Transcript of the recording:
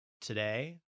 today